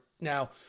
now